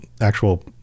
actual